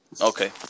Okay